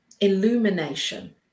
illumination